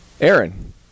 Aaron